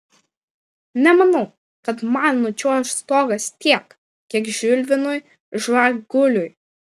nemanau kad man nučiuoš stogas tiek kiek žilvinui žvaguliui